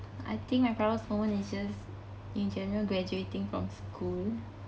I think my proudest moment is just in general graduating from school